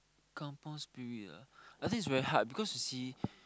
kampung Spirit ah I think is very hard because you see